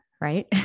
right